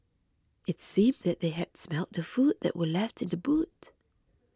it seemed that they had smelt the food that were left in the boot